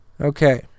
Okay